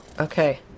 okay